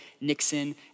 Nixon